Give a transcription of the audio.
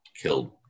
killed